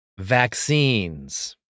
Vaccines